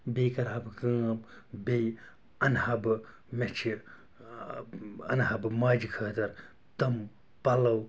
بیٚیہِ کَرٕ ہا بہٕ کٲم بیٚیہِ اَنہٕ ہا بہٕ مےٚ چھِ ٲں اَنہٕ ہا بہٕ ماجہِ خٲطرٕ تِم پَلوٚو